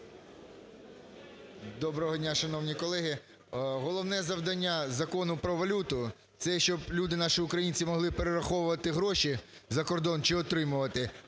Доброго дня, шановні колеги! Головне завдання Закону про валюту – це щоб люди наші, українці, могли перераховувати гроші за кордон чи отримувати,